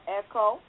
echo